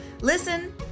Listen